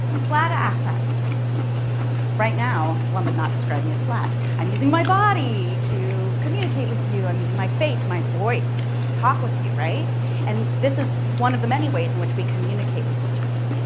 flat ah affect right now one would not describe me as flat. i'm using my body to communicate with you i'm using my face my voice to talk with you right and this is one of the many ways in which we communicate with each other.